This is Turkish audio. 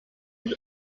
yüz